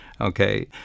Okay